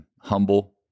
humble